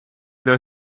their